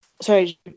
sorry